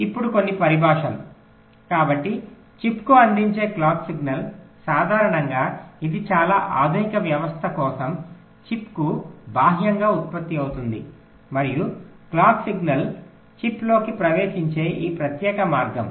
ఇప్పుడు కొన్ని పరిభాషలు కాబట్టి చిప్కు అందించే క్లాక్ సిగ్నల్ సాధారణంగా ఇది చాలా ఆధునిక వ్యవస్థ కోసం చిప్కు బాహ్యంగా ఉత్పత్తి అవుతుంది మరియు క్లాక్ సిగ్నల్ చిప్లోకి ప్రవేశించే ఈ ప్రత్యేక మార్గం